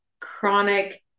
chronic